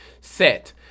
Set